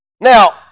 Now